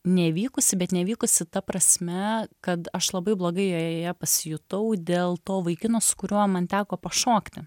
nevykusi bet nevykusi ta prasme kad aš labai blogai joje pasijutau dėl to vaikino su kuriuo man teko pašokti